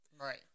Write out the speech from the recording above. right